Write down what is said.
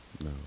no